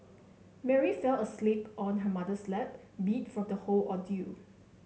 Mary fell asleep on her mother's lap beat from the whole ordeal